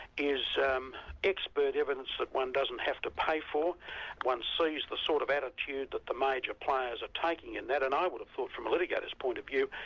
is um expert evidence that one doesn't have to pay for one sees the sort of attitude that the major players are taking in that, and i would have thought from a litigator's point of view,